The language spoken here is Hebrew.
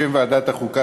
בשם ועדת החוקה,